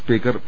speaker P